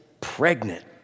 pregnant